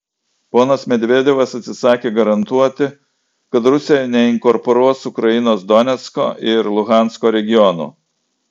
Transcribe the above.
ponas medvedevas atsisakė garantuoti kad rusija neinkorporuos ukrainos donecko ir luhansko regionų